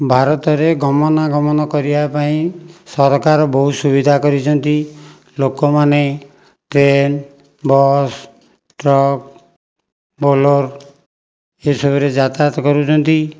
ଭାରତରେ ଗମନାଗମନ କରିବା ପାଇଁ ସରକାର ବହୁତ ସୁବିଧା କରିଛନ୍ତି ଲୋକମାନେ ଟ୍ରେନ ବସ୍ ଟ୍ରକ ବୋଲର ଏସବୁରେ ଯାତାୟାତ କରୁଛନ୍ତି